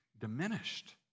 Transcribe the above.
diminished